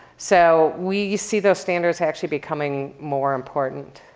so we see those standards actually becoming more important.